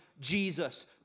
Jesus